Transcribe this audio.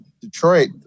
Detroit